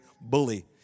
bully